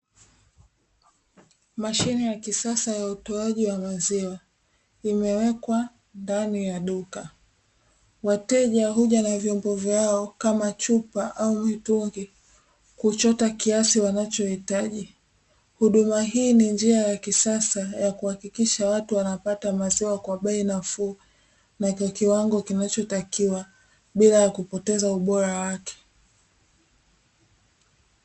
Mashine ya kisasa ya utoaji wa maziwa imewekwa ndani ya duka, wateja huja na vyombo vyao kama chumba au mitungi kuchota kiasi wanacho hitaji, huduma hii ni njia ya kisasa ya kuhakikisha watu wanapata kwa bei nafuu na kwa kiwango kinachotakiwa bila ya kupoteza ubora wake.